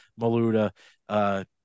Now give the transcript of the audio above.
Maluda